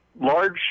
large